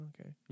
Okay